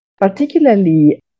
particularly